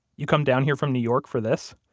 you come down here from new york for this?